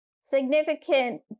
significant